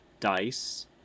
dice